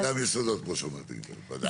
וגם יסודות, ודאי.